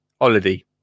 Holiday